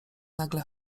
nagle